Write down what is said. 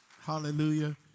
Hallelujah